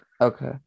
Okay